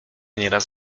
nieraz